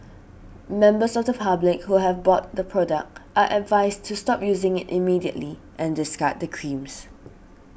members of the public who have bought the product are advised to stop using it immediately and discard the creams